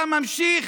אתה ממשיך